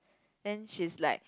and she's like